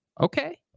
Okay